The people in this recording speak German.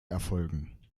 erfolgen